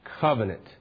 Covenant